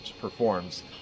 performs